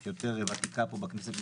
שהיא יותר ותיקה פה בכנסת.